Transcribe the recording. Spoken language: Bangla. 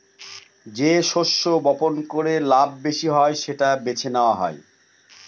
যে শস্য বপন করে লাভ বেশি সেটা বেছে নেওয়া হয়